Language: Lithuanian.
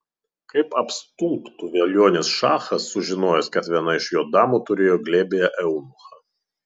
kaip apstulbtų velionis šachas sužinojęs kad viena iš jo damų turėjo glėbyje eunuchą